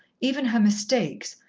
even her mistakes,